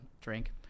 drink